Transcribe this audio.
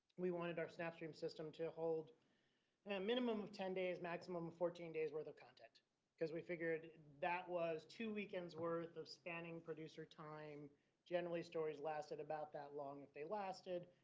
we wanted our snapstream to hold and a minimum of ten days, maximum fourteen days worth of content because we figured that was two weekends worth of spanning producer time generally stories lasted about that long. if they lasted,